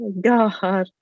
God